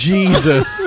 Jesus